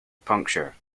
puncture